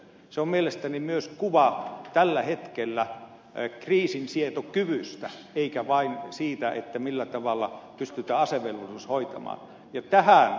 se on mielestäni myös kuva tämän hetken kriisinsietokyvystä eikä vain siitä millä tavalla pystytään asevelvollisuus hoitamaan